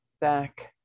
back